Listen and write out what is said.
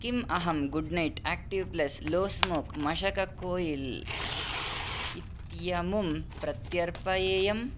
किम् अहं Good Knight active plus low smoke मशक कोयिल् इत्यमुं प्रत्यर्पयेयम्